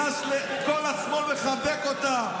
כל השמאל מחבק אותם.